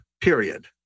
period